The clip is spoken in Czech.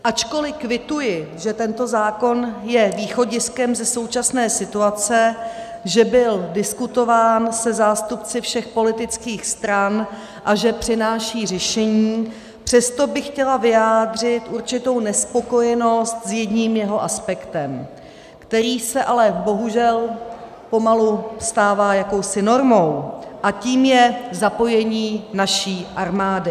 Ačkoliv kvituji, že tento zákon je východiskem ze současné situace, že byl diskutován se zástupci všech politických stran a že přináší řešení, přesto bych chtěla vyjádřit určitou nespokojenost s jedním jeho aspektem, který se ale bohužel pomalu stává jakousi normou, a tím je zapojení naší armády.